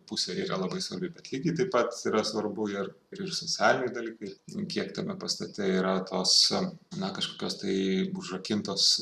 pusė yra labai svarbi bet lygiai taip pat yra svarbu ir ir ir socialiniai dalykai kiek tame pastate yra tos na kažkokios tai užrakintos